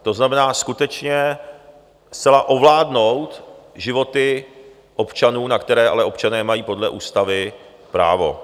To znamená skutečně zcela ovládnout životy občanů, na které ale občané mají podle ústavy právo.